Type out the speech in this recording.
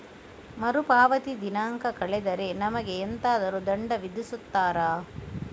ಮರುಪಾವತಿ ದಿನಾಂಕ ಕಳೆದರೆ ನಮಗೆ ಎಂತಾದರು ದಂಡ ವಿಧಿಸುತ್ತಾರ?